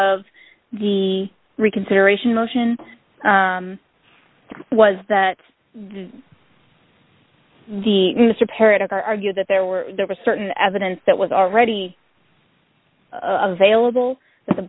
of the reconsideration motion was that the mr parrot argued that there were there were certain evidence that was already